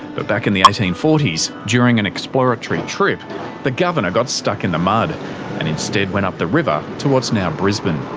but back in the eighteen forty s during an exploratory trip the governor got stuck in the mud and instead went up the river to what's now brisbane.